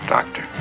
doctor